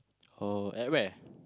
oh at where